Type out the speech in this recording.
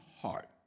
heart